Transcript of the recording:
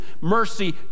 mercy